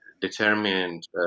determined